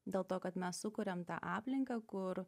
dėl to kad mes sukuriam tą aplinką kur